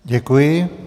Děkuji.